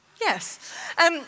yes